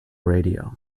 radio